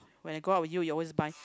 when I go out with you you always buy